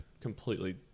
completely